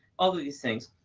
all of these things?